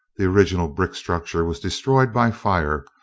the original brick structure was destroyed by fire,